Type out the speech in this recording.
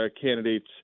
candidates